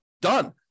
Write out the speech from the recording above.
Done